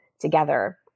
together